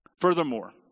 Furthermore